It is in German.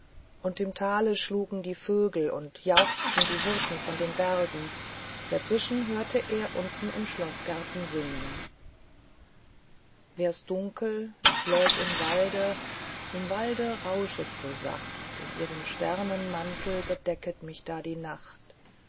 und im tale schlugen die vögel und jauchzten die hirten von den bergen dazwischen hörte er unten im schloßgarten singen wär's dunkel ich läg im walde im walde rauscht's so sacht mit ihrem sternenmantel bedecket mich da die nacht